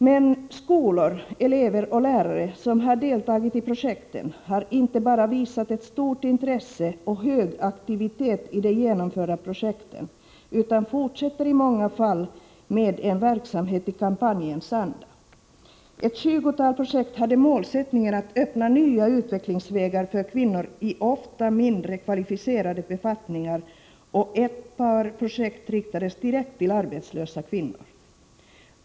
Men skolor, elever och lärare som har deltagit i projekten har inte bara visat ett stort intresse och hög aktivitet i de projekt som genomförts utan fortsätter i många fall med en verksamhet i kampanjens anda. Ett tjugotal projekt hade målsättningen att öppna nya utvecklingsvägar för kvinnor i ofta mindre kvalificerade befattningar, och ett par projekt riktades direkt till arbetslösa kvinnor.